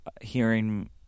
hearing